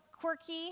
quirky